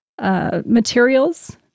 materials